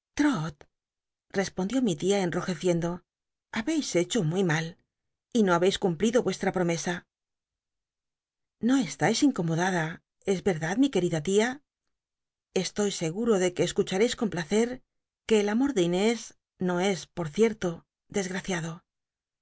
respondió mi tia cniojecientlo ha beis hecho muy mal y no babeis cumplido vueslra promesa no cslais incomodada es c clad mi t uerida tia estoy seguro de que eseucbmcis con placer que el amor de inés no es por cierto